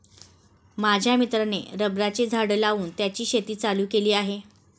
माझ्या मित्राने रबराची झाडं लावून त्याची शेती चालू केली आहे